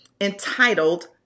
entitled